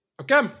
Okay